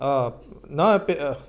অঁ নহয়